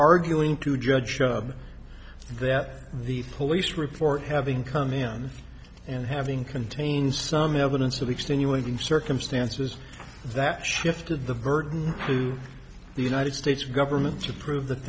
arguing to judge that the police report having come in and having contains some evidence of extenuating circumstances that shifted the burden to the united states government to prove that